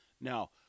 Now